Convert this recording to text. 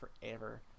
forever